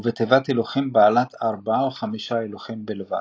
ובתיבות הילוכים בעלות ארבעה או חמישה הילוכים בלבד.